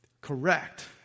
correct